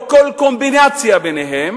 או כל קומבינציה ביניהן,